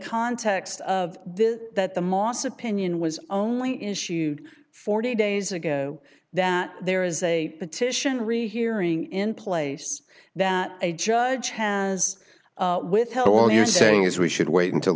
context of this is that the moss opinion was only issued forty days ago that there is a petition rehearing in place that a judge has withheld all you are saying is we should wait until